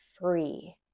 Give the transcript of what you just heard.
free